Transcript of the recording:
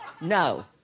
no